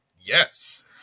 yes